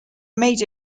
made